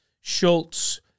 Schultz